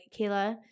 Kayla